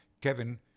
Kevin